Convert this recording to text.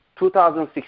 2016